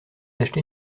acheté